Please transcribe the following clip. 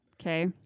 Okay